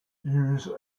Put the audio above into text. use